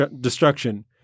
destruction